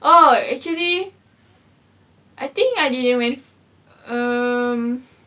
oh actually I think I didn't went um